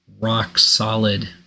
rock-solid